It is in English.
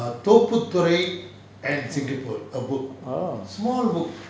orh